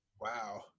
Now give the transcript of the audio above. Wow